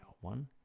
one